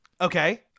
Okay